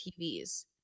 TVs